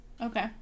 okay